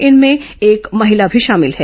इनमें एक महिला भी शामिल है